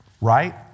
Right